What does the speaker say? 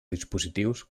dispositius